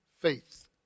faith